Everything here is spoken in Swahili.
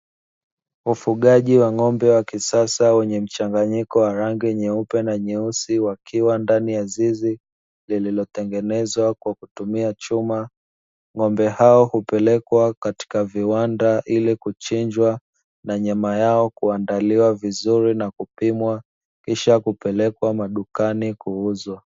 Wafugaji wa ng'ombe wa kisasa, wenye mchanganyiko wa rangi nyeupe na nyeusi, wakiwa ndani ya zizi lililotengenezwa kwa kutumia chuma. Ng'ombe hao hupelekwa katika viwanda ili kuchinjwa na nyama yao kuandaliwa vizuri na kupimwa, kisha kupelekwa madukani kuuzwa.